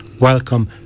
welcome